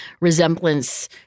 resemblance